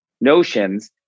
notions